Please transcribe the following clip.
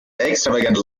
extravagant